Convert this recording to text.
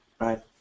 Right